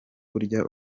burya